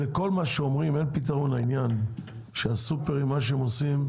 לכל מה שאומרים אין פתרון לעניין שמה שהסופרים עושים,